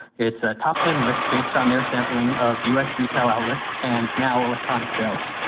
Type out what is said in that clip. it's a top ten list based on their sampling of us retail outlets and now electronic sales.